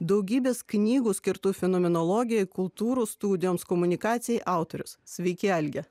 daugybės knygų skirtų fenomenologijai kultūrų studijoms komunikacijai autorius sveiki algi